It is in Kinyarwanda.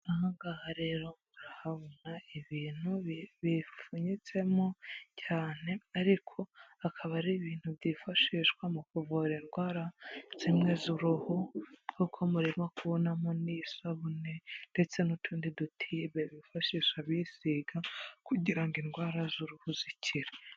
Aha ngaha rero urahabona ibintu bipfunyitsemo cyane, ariko akaba ari ibintu byifashishwa mu kuvura indwara zimwe z'uruhu, kuko murimo kubonamo n'isabune ndetse n'utundi dutibe bifashisha bisiga, kugira ngo indwara z'uruhu zikire.